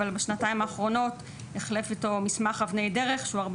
אבל בשנתיים האחרונות החליף אותו מסמך "אבני דרך" שהוא הרבה